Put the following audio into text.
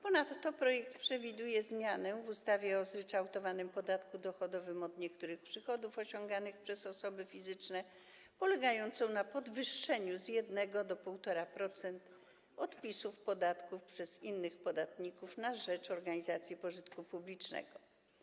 Ponadto projekt przewiduje zmianę w ustawie o zryczałtowanym podatku dochodowym od niektórych przychodów osiąganych przez osoby fizyczne polegającą na podwyższeniu z 1 do 1,5% odpisów od podatku przez innych podatników na rzecz organizacji pożytku publicznego.